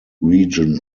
region